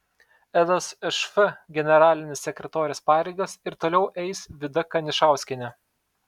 lsšf generalinės sekretorės pareigas ir toliau eis vida kanišauskienė